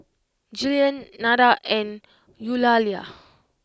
Jillian Nada and Eulalia